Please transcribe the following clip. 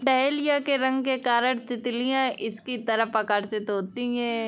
dahlia के रंग के कारण तितलियां इसकी तरफ आकर्षित होती हैं